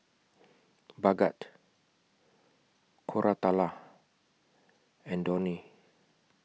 Bhagat Koratala and Dhoni